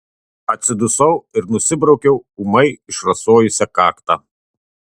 atsidusau ir nusibraukiau ūmai išrasojusią kaktą